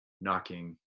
knocking